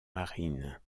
marine